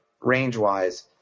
range-wise